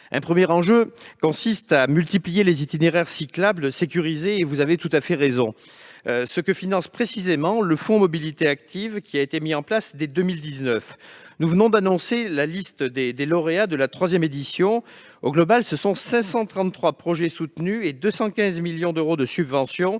un premier enjeu consiste à multiplier les itinéraires cyclables sécurisés. C'est ce que finance précisément le Fonds mobilités actives, qui a été mis en place dès 2019. Nous venons d'annoncer la liste des lauréats de la troisième édition. Au total, ce sont 533 projets qui ont été soutenus, pour 215 millions d'euros de subventions.